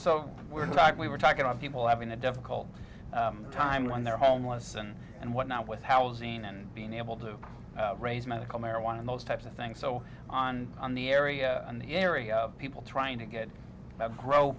so we're back we were talking about people having a difficult time when they're homeless and and whatnot with housing and being able to raise medical marijuana and those types of thanks so on on the area an area people trying to get